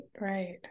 right